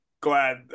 glad